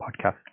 podcast